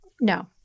No